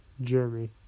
Jeremy